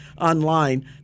online